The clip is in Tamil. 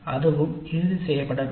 அதுவும் இறுதி செய்யப்பட வேண்டும்